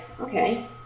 okay